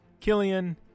Killian